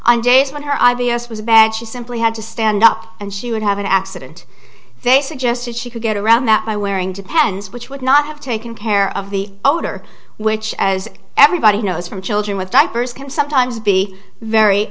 on days when her i v s was bad she simply had to stand up and she would have an accident they suggested she could get around that by wearing depends which would not have taken care of the odor which as everybody knows from children with diapers can sometimes be very